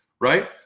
right